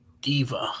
diva